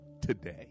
today